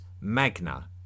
Magna